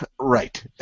Right